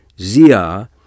Zia